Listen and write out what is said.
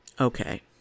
Okay